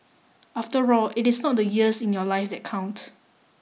after all it is not the years in your life that count